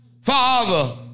Father